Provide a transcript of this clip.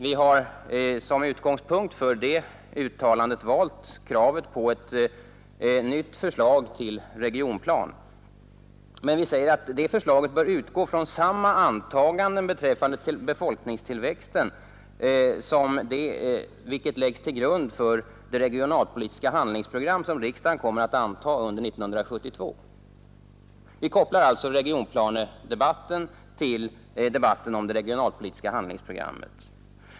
Vi har som utgångspunkt för det uttalandet lagt kravet på ett nytt förslag till regionplan. Vi säger att det förslaget bör utgå från samma antaganden beträffande befolkningstillväxten som det vilket läggs till grund för det regionalpolitiska handlingsprogram som riksdagen kommer att anta under 1972. Vi kopplar alltså regionplanedebatten till debatten om det regionalpolitiska handlingsprogrammet.